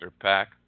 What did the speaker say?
pack